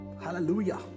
Hallelujah